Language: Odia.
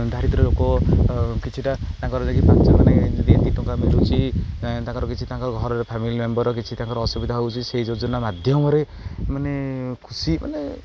ଦରିଦ୍ର ଲୋକ କିଛିଟା ତାଙ୍କର ଯାଇକି ପାଞ୍ଚମାନୋ ଯଦି ଏତିିକି ଟଙ୍କା ମଳୁଛି ତାଙ୍କର କିଛି ତାଙ୍କର ଘର ଫ୍ୟାମିଲି ମେମ୍ବର କିଛି ତାଙ୍କର ଅସୁବିଧା ହେଉଛି ସେଇ ଯୋଜନା ମାଧ୍ୟମରେ ମାନେ ଖୁସି ମାନେ